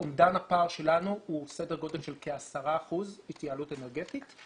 אומדן הפער שלנו הוא סדר גודל של כ-10 אחוזים התייעלות אנרגטית.